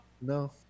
no